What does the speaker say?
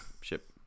ship